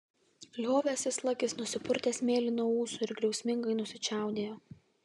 liovęsis lakis nusipurtė smėlį nuo ūsų ir griausmingai nusičiaudėjo